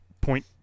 point